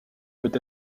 peut